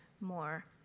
more